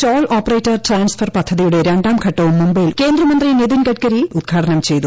toll operator transfer പദ്ധതിയുടെ രണ്ടാം ഘട്ടവും മുംബൈയിൽ കേന്ദ്ര മന്ത്രി നിതിൻ ഗഡ്കരി ഉദ്ഘാടനം ചെയ്തു